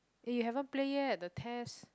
eh you haven't play yet the test